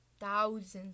thousands